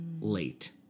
late